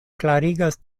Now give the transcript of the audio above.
klarigas